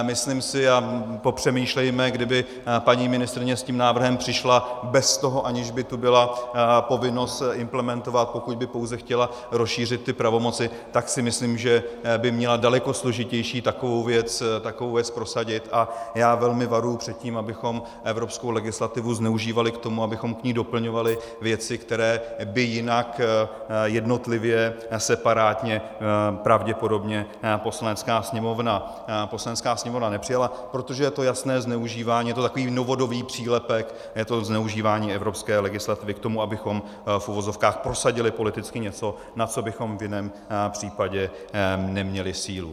Myslím si a popřemýšlejme, kdyby paní ministryně s tím návrhem přišla bez toho, aniž by tu byla povinnost implementovat, pokud by pouze chtěla rozšířit ty pravomoci, tak si myslím, že by měla daleko složitější takovou věc prosadit, a já velmi varuji před tím, abychom evropskou legislativu zneužívali k tomu, abychom k ní doplňovali věci, které by jinak jednotlivě, separátně pravděpodobně Poslanecká sněmovna nepřijala, protože je to jasné zneužívání, je to takový novodobý přílepek, je to zneužívání evropské legislativy k tomu, abychom v uvozovkách prosadili politicky něco, na co bychom v jiném případě neměli sílu.